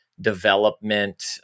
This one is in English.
development